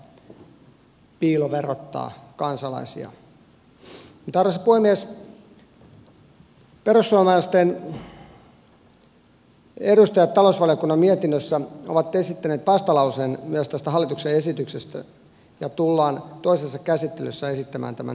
mutta arvoisa puhemies perussuomalaisten edustajat ovat talousvaliokunnan mietinnössä esittäneet vastalauseen myös tästä hallituksen esityksestä ja tulemme toisessa käsittelyssä esittämään tämän hylkäämistä